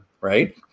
right